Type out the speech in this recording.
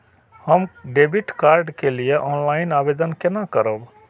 हम debit card के लिए ऑनलाइन आवेदन केना करब?